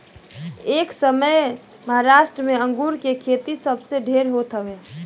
एसमय महाराष्ट्र में अंगूर के खेती सबसे ढेर होत हवे